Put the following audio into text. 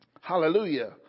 Hallelujah